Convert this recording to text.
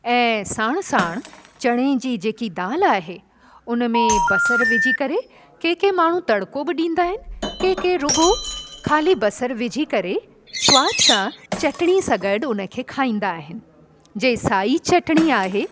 ऐं साणि साणि चणनि जी जेकी दाल आहे उनमें बसरु विझी करे के के माण्हू तड़िको बि ॾींदा आहिनि के के रुॻो ख़ाली बसरु विझी करे सवाद सां चटिणी सां गॾु उनखे खाईंदा आहिनि जे साई चटिणी आहे